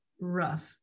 rough